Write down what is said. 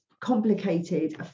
complicated